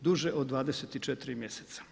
duže od 24 mjeseca.